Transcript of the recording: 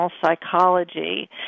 psychology